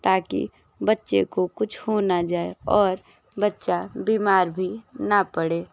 बच्चे को कुछ हो ना जाए और बच्चा बीमार भी ना पड़े